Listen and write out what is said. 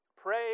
Pray